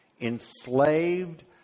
enslaved